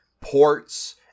ports